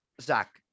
Zach